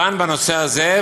דן בנושא הזה,